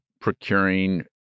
procuring